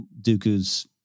Dooku's